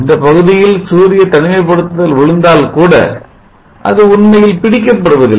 இந்த பகுதியில் சூரிய தனிமைப்படுத்துதல் விழுந்தால்கூட அது உண்மையில் பிடிக்கப் படுவதில்லை